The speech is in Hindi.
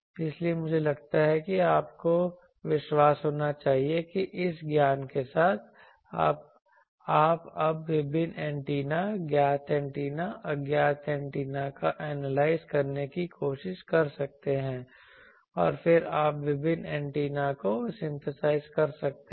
इसलिए मुझे लगता है कि आपको विश्वास होना चाहिए कि इस ज्ञान के साथ आप अब विभिन्न एंटेना ज्ञात एंटेना अज्ञात एंटेना को एनालाइज करने की कोशिश कर सकते हैं और फिर आप विभिन्न एंटेना को सिंथेसाइज कर सकते हैं